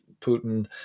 Putin